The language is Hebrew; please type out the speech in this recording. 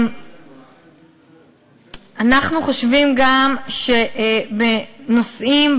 אנחנו חושבים גם שבנושאים,